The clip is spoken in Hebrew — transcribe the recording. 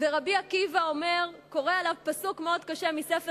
ורבי עקיבא קורא עליו פסוק מאוד קשה מספר